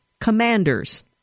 Commanders